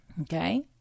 Okay